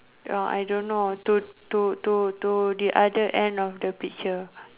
oh I don't know to to to to the other end of the picture